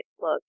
look